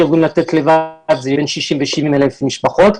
ארגון לתת לבד מטפל בין 60,000 ל-70,000 משפחות.